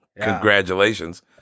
Congratulations